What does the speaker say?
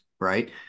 right